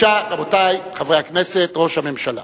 בבקשה, רבותי חברי הכנסת, ראש הממשלה.